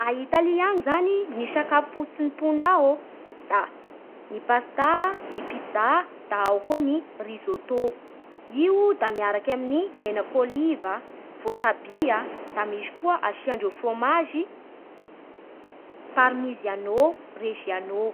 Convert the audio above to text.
A Italia any zany, ny sakafo fototsy ny ponina ao ô da ny pasta, ny pizza, da ao koa ny risotto. Io da miaraky amin'ny menaky oliva, vôtabia, da misy koa asindreo frômazy parmisiano reggiano